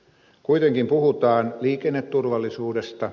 kuitenkin puhutaan liikenneturvallisuudesta